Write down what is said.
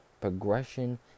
Progression